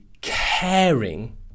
caring